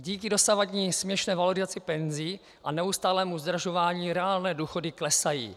Díky dosavadní směšné valorizaci penzí a neustálému zdražování reálné důchody klesají.